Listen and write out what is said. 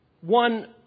one